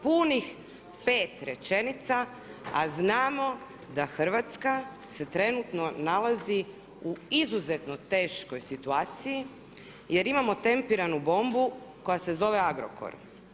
Punih pet rečenica a znamo da Hrvatska se trenutno nalazi u izuzetno teškoj situaciji jer imamo tempiranu bombu koja se zove Agrokor.